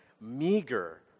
meager